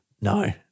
no